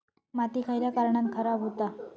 माती खयल्या कारणान खराब हुता?